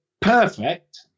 perfect